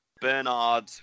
Bernard